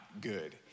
good